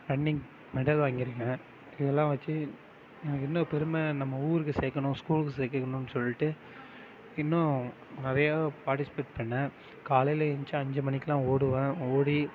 running medal வாங்கியிருக்கேன் இதெலாம் வச்சு எனக்கு இன்னும் பெருமை நம்ம ஊருக்கு சேர்க்கணும் ஸ்கூலுக்கு சேர்க்கணுன்னு சொல்லிட்டு இன்னும் நிறையா பார்ட்டிசிபேட் பண்ணிணேன் காலையில் ஏந்த்ருச்சு அஞ்சு மணிக்கெலாம் ஓடுவேன் ஓடி